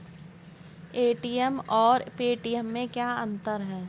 ATM और Paytm में क्या अंतर है?